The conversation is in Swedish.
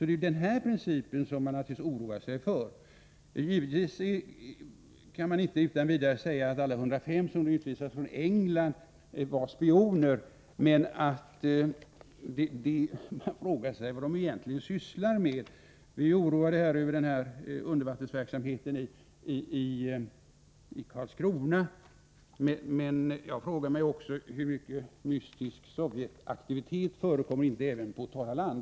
Det är den här principen som naturligtvis oroar folk. Givetvis kan man inte utan vidare säga att alla de 105 som utvisades från England var spioner. Men man frågar sig vad de egentligen sysslade med. Vi är ju oroade över undervattensverksamheten i Karlskrona. Jag frågar mig hur mycket mystisk Sovjetaktivitet som förekommer även på torra land.